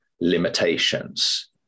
limitations